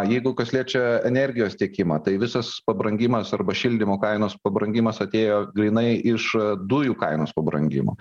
jeigu kas liečia energijos tiekimą tai visas pabrangimas arba šildymo kainos pabrangimas atėjo grynai iš dujų kainos pabrangimo